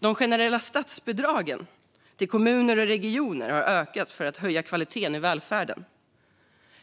De generella statsbidragen till kommuner och regioner har ökats för att höja kvaliteten i välfärden.